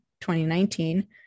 2019